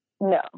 No